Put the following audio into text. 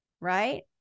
Right